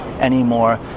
anymore